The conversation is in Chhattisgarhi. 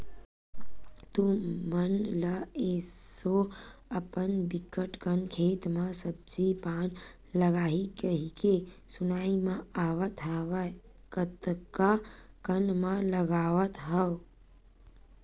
तुमन ल एसो अपन बिकट कन खेत म सब्जी पान लगाही कहिके सुनाई म आवत हवय कतका कन म लगावत हव?